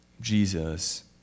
Jesus